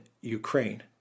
Ukraine